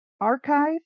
archive